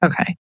Okay